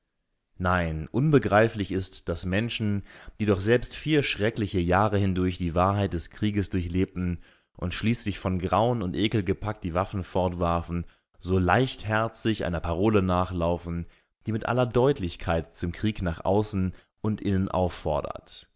nein unbegreiflich ist daß menschen die doch selbst vier schreckliche jahre hindurch die wahrheit des krieges durchlebten und schließlich von grauen und ekel gepackt die waffen fortwarfen so leichtherzig einer parole nachlaufen die mit aller deutlichkeit zum krieg nach außen und innen auffordert